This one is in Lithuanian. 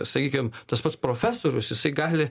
sakykim tas pats profesorius jisai gali